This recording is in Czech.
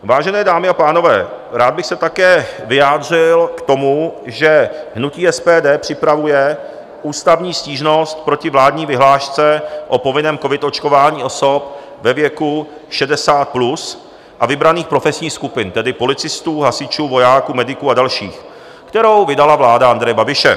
Vážené dámy a pánové, rád bych se také vyjádřil k tomu, že hnutí SPD připravuje ústavní stížnost proti vládní vyhlášce o povinném covid očkování osob ve věku 60+ a vybraných profesních skupin, tedy policistů, hasičů, vojáků, mediků a dalších, kterou vydala vláda Andreje Babiše.